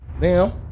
Now